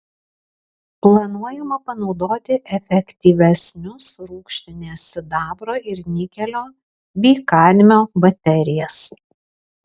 planuojama panaudoti efektyvesnius rūgštinės sidabro ir nikelio bei kadmio baterijas